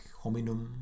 hominum